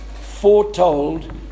foretold